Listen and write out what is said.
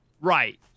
Right